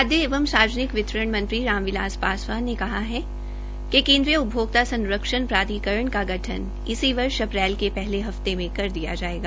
खाद्य एवं सार्वजनिक वितरण मंत्री राम बिलास पासवान ने कहा है कि केन्द्रीय उपभोक्ता संरक्षण का गठन इस वर्ष अप्रैल के पहले हफ्ते में कर दिया जायेगा